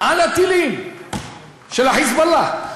על הטילים של ה"חיזבאללה".